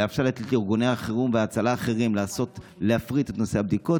אולי אפשר לתת לארגוני החירום וההצלה האחרים להפריט את נושא הבדיקות.